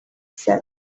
said